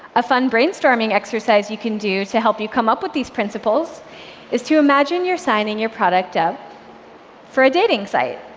a fun brainstorming exercise you can do to help you come up with these principles is to imagine you're signing your product up for a dating site.